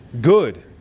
good